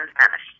Spanish